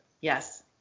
Yes